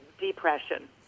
depression